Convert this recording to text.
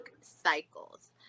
cycles